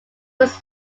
was